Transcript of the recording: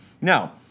Now